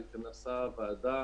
התכנסה הוועדה